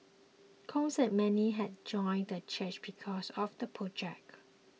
Kong said many had joined the church because of the project